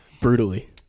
Brutally